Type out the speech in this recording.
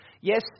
yes